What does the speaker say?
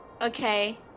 okay